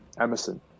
Emerson